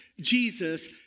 Jesus